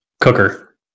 cooker